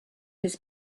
his